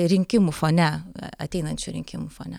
rinkimų fone ateinančių rinkimų fone